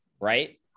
right